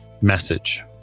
message